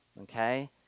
Okay